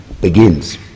begins